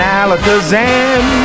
alakazam